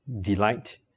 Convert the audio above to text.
delight